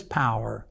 power